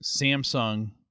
Samsung